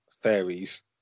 fairies